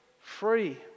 free